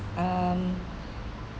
um